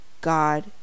God